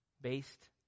based